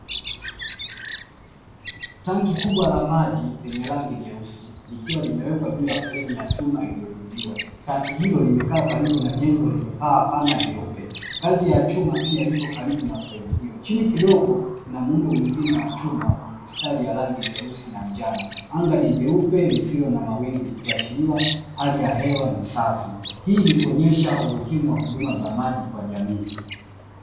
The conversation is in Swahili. Tanki kubwa la maji lenye rangi nyeusi likiwa limewekwa juu a fremu ya chuma iliyoinuliwa, tanki hilo limekaa karibu na jengo lenye paa pana jeupe. Ngazi ya chuma pia iko karibu na fremu hiyo, chini kidogo kuna muundo mwingine wa chuma wenye mistari ya rangi nyeusi na njano. Anga ni jeupe lisilo na mwaingu likiashiria, hali ya hewa ni safi. Hii ni kuonyesha umuhimu wa huduma za maji kwa jamii.